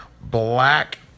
black